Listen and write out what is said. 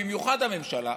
במיוחד הממשלה,